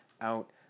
out